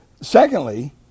Secondly